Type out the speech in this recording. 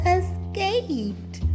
escaped